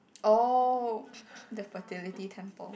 oh the fertility temple